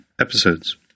episodes